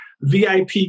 VIP